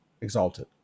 Exalted